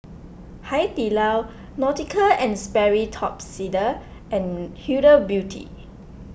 Hai Di Lao Nautica and Sperry Top Sider and Huda Beauty